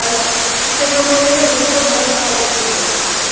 पर सुठे नमूने में बिल्कुलु मस्तु आइस्क्रीम मोकिलिजो